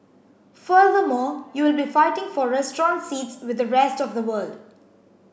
furthermore you will be fighting for restaurant seats with the rest of the world